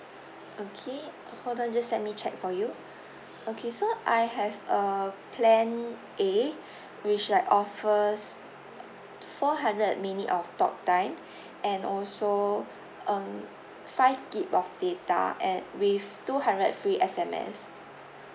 okay hold on just let me check for you okay so I have uh plan A which like offers four hundred minute of talk time and also um five gig of data at with two hundred free S_M_S